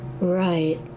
Right